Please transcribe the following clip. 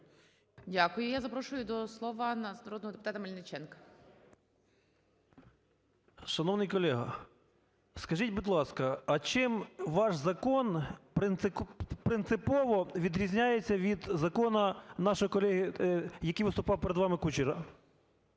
Дякую. І я запрошую до слова народного депутата Мельниченка. 17:09:30 МЕЛЬНИЧЕНКО В.В. Шановний колего, скажіть, будь ласка, а чим ваш закон принципово відрізняється від закону нашого колеги, який виступав перед вами, Кучера?